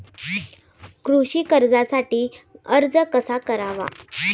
कृषी कर्जासाठी अर्ज कसा करावा?